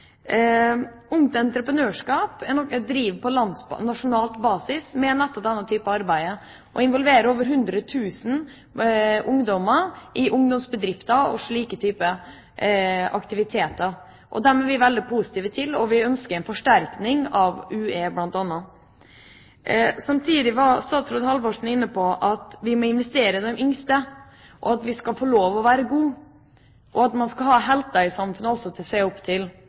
basis med tanke på nettopp denne type arbeid og involverer over 100 000 ungdommer i ungdomsbedrifter og slike typer aktiviteter. Vi er veldig positive til dem, og vi ønsker bl.a. en forsterkning av UE. Statsråd Halvorsen var inne på at vi må investere i de yngste, at vi skal få lov å være gode, og at man også skal ha helter i samfunnet å se opp til.